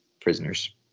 prisoners